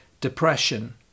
depression